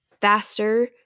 faster